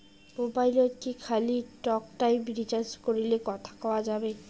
মোবাইলত কি খালি টকটাইম রিচার্জ করিলে কথা কয়া যাবে?